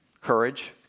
courage